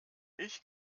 ich